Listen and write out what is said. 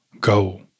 Go